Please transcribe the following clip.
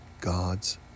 God's